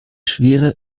schwere